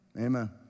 Amen